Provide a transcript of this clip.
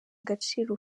agaciro